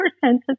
percentage